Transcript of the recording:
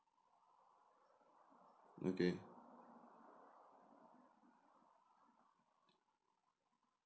okay